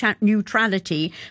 neutrality